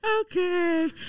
Okay